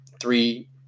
three